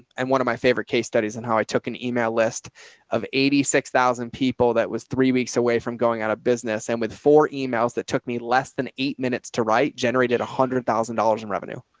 and one of my favorite case studies on and how i took an email list of eighty six thousand people that was three weeks away from going out of business. and with four emails that took me less than eight minutes to write, generated a hundred thousand dollars in revenue.